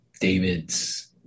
David's